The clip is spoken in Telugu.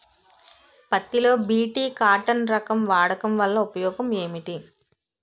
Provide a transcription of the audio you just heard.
పత్తి లో బి.టి కాటన్ రకం వాడకం వల్ల ఉపయోగం ఏమిటి?